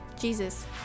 Jesus